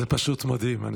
זה פשוט מדהים.